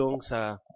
sa